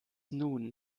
nun